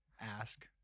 ask